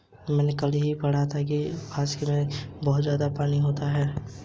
मैंने कल ही पढ़ा था कि कई देशों में सोने का चूरा देकर वस्तुएं खरीदी जाती थी